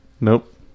Nope